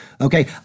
okay